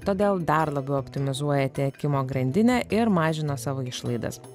todėl dar labiau optimizuoja tiekimo grandinę ir mažina savo išlaidas